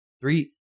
three